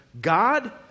God